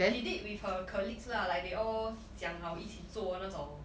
she did with her colleagues lah like they all 讲好一起做那种